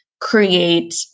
create